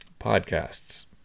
podcasts